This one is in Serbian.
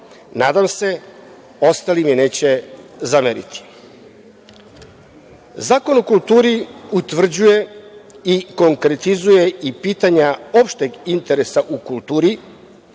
nadam se mi ostali neće zameriti. Zakon o kulturi utvrđuje i konkretizuje pitanja opšteg interesa u kulturi,